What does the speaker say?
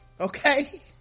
Okay